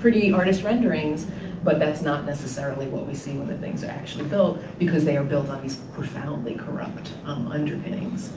pretty artist renderings but that's not necessarily what we see when things are actually built because they are built on these profoundly corrupt underpinnings.